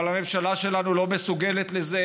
אבל הממשלה שלנו לא מסוגלת לזה,